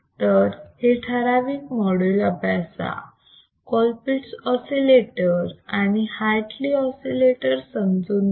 तर हे ठराविक मॉड्यूल अभ्यासा कोलपिट्स ऑसिलेटर आणि हार्टली ऑसिलेटर समजून घ्या